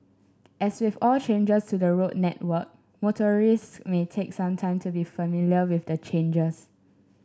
as with all changes to the road network motorists may take some time to be familiar with the changes